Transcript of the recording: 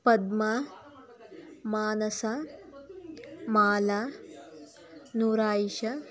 Padma Manasa Mala Noor Ayesha